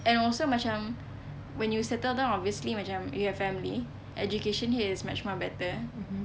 and also macam when you settle down obviously macam you have family education here is much more better